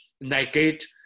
negate